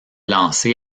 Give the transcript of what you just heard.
lancé